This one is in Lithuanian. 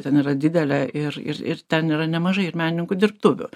ten yra didelė ir ir ir ten yra nemažai ir menininkų dirbtuvių